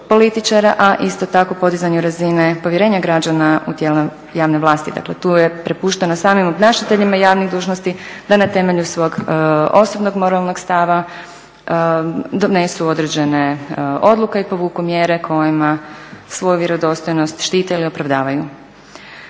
a isto tako podizanju razine povjerenja građana u tijela javne vlasti. Dakle, tu je prepušteno samim obnašateljima javnih dužnosti da na temelju svog osobnog moralnog stava donesu određene odluke i povuku mjere kojima svoju vjerodostojnost štite ili opravdavaju.